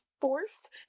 forced